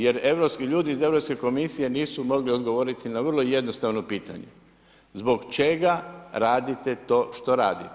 Jer ljudi iz Europske komisije nisu mogli odgovoriti na vrlo jednostavno pitanje, zbog čega radite to što radite?